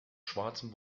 schwarzen